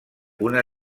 una